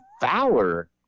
Fowler